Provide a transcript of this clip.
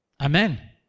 Amen